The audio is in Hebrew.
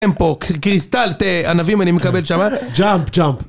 טמפו, קריסטל, תה, ענבים אני מקבל שם. ג'אמפ, ג'אמפ.